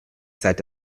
seit